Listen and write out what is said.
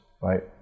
right